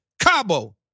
Cabo